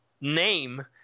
name